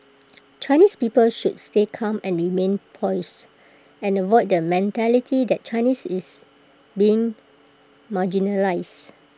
Chinese people should stay calm and remain poised and avoid the mentality that Chinese is being marginalised